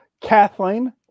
Kathleen